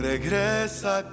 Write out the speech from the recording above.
Regresa